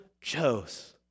chose